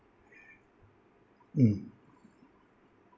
mm